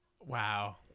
Wow